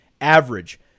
Average